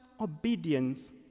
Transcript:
obedience